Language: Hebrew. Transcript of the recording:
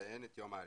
לציין את יום העלייה.